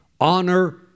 honor